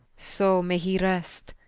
so may he rest,